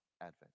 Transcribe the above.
Advent